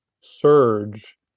surge